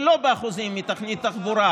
ולא באחוזים מתוכנית תחבורה,